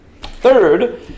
Third